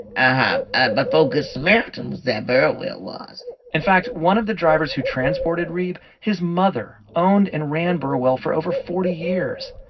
ah ah but but good samaritan was there, burwell was in fact, one of the drivers who transported reeb, his mother owned and ran burwell for over forty years.